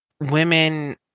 women